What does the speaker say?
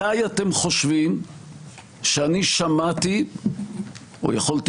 מתי אתם חושבים שאני שמעתי או יכולתי